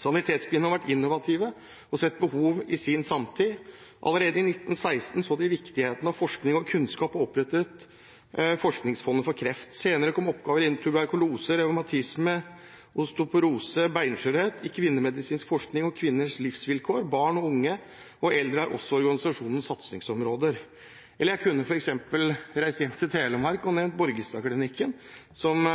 Sanitetskvinnene har vært innovative og sett behov i sin samtid. Allerede i 1916 så de viktigheten av forskning og kunnskap og opprettet forskningsfond for kreft. Senere kom oppgaver innen tuberkulose, revmatisme, osteoporose/benskjørhet. Kvinnemedisinsk forskning og kvinners livsvilkår, barn og unge og eldre er også organisasjonens satsingsområder. Jeg kunne også reist hjem til Telemark og nevnt Borgestadklinikken, som